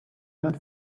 not